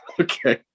Okay